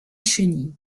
chenille